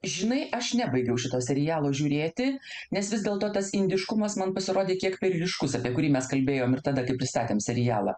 žinai aš nebaigiau šito serialo žiūrėti nes vis dėlto tas indiškumas man pasirodė kiek per ryškūs apie kurį mes kalbėjom ir tada kai pristatėm serialą